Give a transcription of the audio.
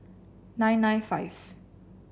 nine nine five